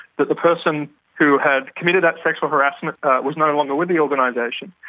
that the person who had committed that sexual harassment was no longer with the organisation,